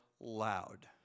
loud